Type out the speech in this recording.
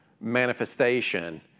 manifestation